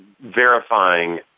verifying